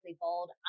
bold